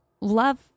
love